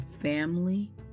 family